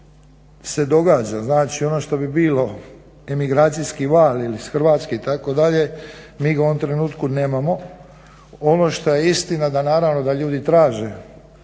se događa, znači ono što bi bilo imigracijski val ili iz Hrvatski, itd. mi ga u ovom trenutku nemamo. Ono što je istina, da naravno da ljudi traže